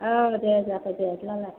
औ दे जाबाय दे बिदिब्लालाय